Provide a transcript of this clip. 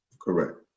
Correct